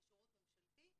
כשירות ממשלתי,